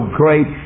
great